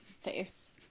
face